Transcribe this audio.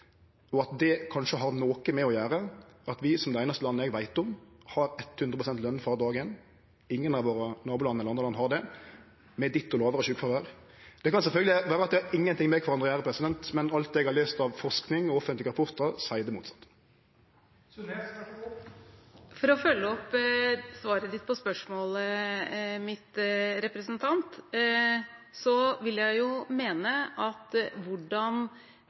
som det einaste landet eg veit om – har hundre prosent løn frå dag éin. Ingen av våre naboland eller andre land har det, med ditto lågare sjukefråvære. Det kan sjølvsagt vere at det ikkje har noko med kvarandre å gjere, men alt eg har lest av forsking og offentlege rapportar, seier det motsette. For å følge opp svaret ditt på spørsmålet mitt, representant: Jeg vil